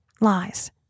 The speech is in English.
lies